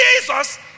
Jesus